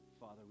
Father